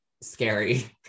Scary